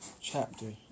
Chapter